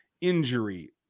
injury